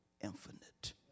infinite